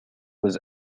was